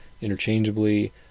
interchangeably